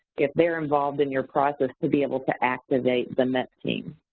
if they're involved in your process, to be able to activate the met team.